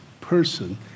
person